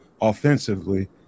offensively